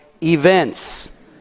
events